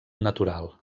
natural